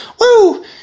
woo